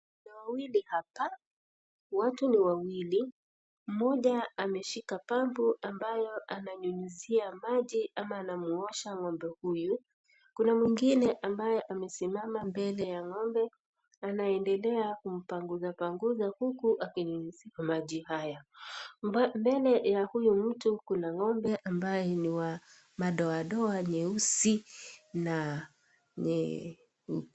Wanaume wawili hapa , watu ni wawili mmoja ameshika pampu ambayo ananyunyizia maji ama anamwosha ngombe huyu . Kuna mwingine ambaye amesimama mbele ya ngombe , anaendelea kumpanguzanpanguza huku akinyunyizia maji haya .mbele ya huyu mtu kuna ngombe ambaye ni wa madoadoa nyeusi na.